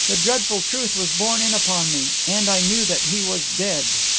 the dreadful truth was borne in upon me, and i knew that he was dead.